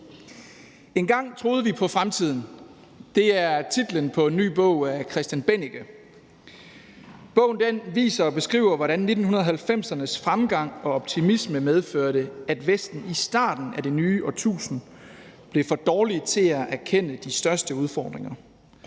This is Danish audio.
»Engang troede vi på fremtiden« er titlen på en ny bog af Christian Bennike. Bogen viser og beskriver, hvordan 1990'ernes fremgang og optimisme medførte, at Vesten i starten af det nye årtusind blev for dårlig til at erkende de største udfordringer